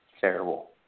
terrible